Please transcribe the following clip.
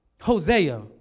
Hosea